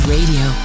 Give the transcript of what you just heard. Radio